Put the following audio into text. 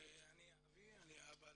אני אבי, אני אבא